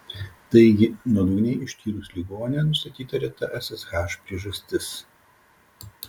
taigi nuodugniai ištyrus ligonę nustatyta reta ssh priežastis